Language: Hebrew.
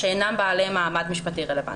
שאינן בעלי מעמד משפטי רלוונטי.